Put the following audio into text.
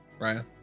Raya